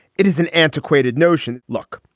it is an antiquated notion. look,